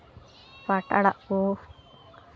ᱯᱟᱴ ᱟᱲᱟᱜ ᱠᱚ